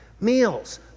Meals